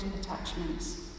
attachments